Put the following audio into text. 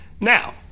Now